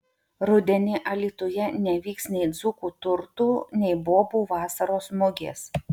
rudenį alytuje nevyks nei dzūkų turtų nei bobų vasaros mugės